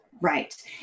Right